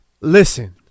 Listen